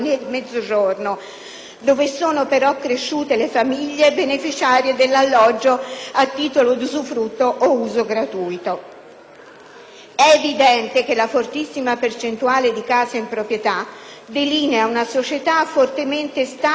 dove sono però cresciute le famiglie beneficiane dell'alloggio a titolo d'usufrutto o uso gratuito. E' evidente che la fortissima percentuale di case in proprietà delinea una società fortemente statica ed insicura,